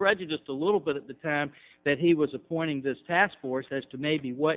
prejudiced a little bit at the time that he was appointing this task force as to maybe what